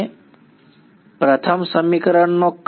વિદ્યાર્થી પ્રથમ સમીકરણનો કર્લ